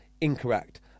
incorrect